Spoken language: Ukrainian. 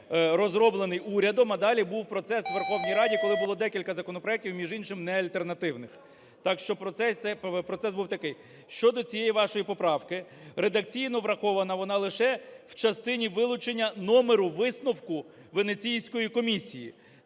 розроблений урядом, а далі був процес у Верховній Раді, коли було декілька законопроектів, між іншим, не альтернативних. Так що процес був такий. Щодо цієї вашої поправки. Редакційно врахована вона лише в частині вилучення номеру висновку Венеційської комісії.